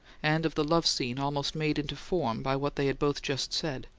and of the love scene almost made into form by what they had both just said,